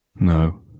No